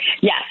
Yes